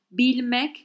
Bilmek